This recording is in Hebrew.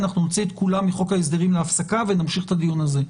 אנחנו נוציא את כולם מחוק ההסדרים להפסקה ונמשיך את הדיון הזה.